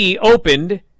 opened